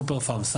סופר פארם,